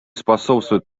способствуют